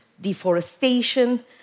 deforestation